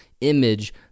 image